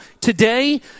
today